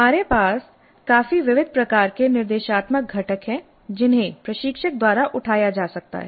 हमारे पास काफी विविध प्रकार के निर्देशात्मक घटक हैं जिन्हें प्रशिक्षक द्वारा उठाया जा सकता है